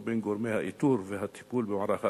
או בין גורמי האיתור והטיפול במערך החינוך,